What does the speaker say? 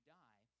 die